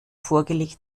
vorgelegt